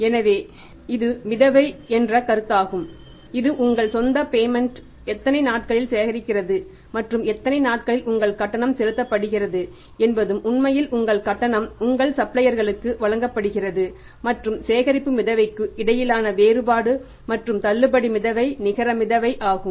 எனவே இது மிதவை என்ற கருத்தாகும் இது உங்கள் சொந்த பேமெண்ட் எத்தனை நாட்களில் சேகரிக்கிறது மற்றும் எத்தனை நாட்களில் உங்கள் கட்டணம் செலுத்தப்படுகிறது என்பது உண்மையில் உங்கள் கட்டணம் உங்கள் சப்ளையர்களுக்கு வழங்கப்படுகிறது மற்றும் சேகரிப்பு மிதவைக்கு இடையிலான வேறுபாடு மற்றும் தள்ளுபடி மிதவை நிகர மிதவை ஆகும்